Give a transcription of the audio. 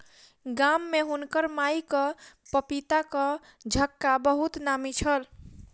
गाम में हुनकर माईक पपीताक झक्खा बहुत नामी छल